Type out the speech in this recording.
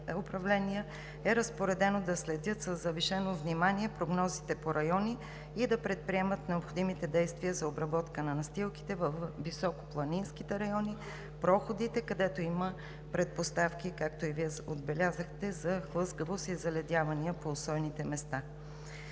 е разпоредено да следят със завишено внимание прогнозите по райони и да предприемат необходимите действия за обработка на настилките във високопланинските райони и проходите, където има предпоставки, както и Вие отбелязахте, за хлъзгавост и заледявания по усойните места.